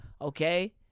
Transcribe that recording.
Okay